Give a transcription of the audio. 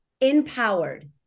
empowered